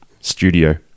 studio